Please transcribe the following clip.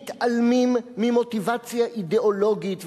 מתעלמים ממוטיבציה אידיאולוגית.